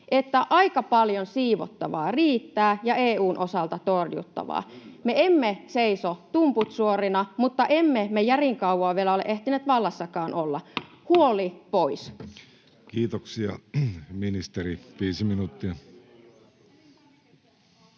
aika paljon siivottavaa riittää ja EU:n osalta torjuttavaa. Me emme seiso tumput suorina mutta emme me järin kauaa vielä ole ehtineet vallassakaan olla. Huoli pois. [Speech 249] Speaker: Jussi Halla-aho